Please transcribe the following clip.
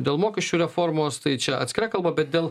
dėl mokesčių reformos tai čia atskira kalba bet dėl